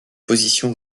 positions